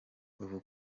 ubu